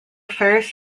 first